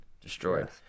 destroyed